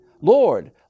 Lord